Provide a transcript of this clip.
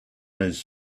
his